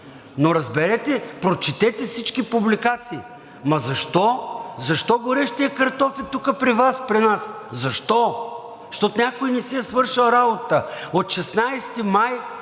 но разберете, прочетете всички публикации. Защо горещият картоф е тук при Вас, при нас? Защо? Защото някой не си е свършил работата. От 16 май